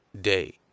Day